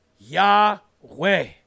Yahweh